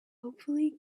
hopefully